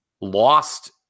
lost